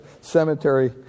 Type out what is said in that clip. cemetery